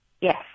Yes